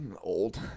old